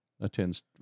attends